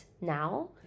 now